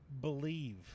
believe